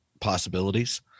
possibilities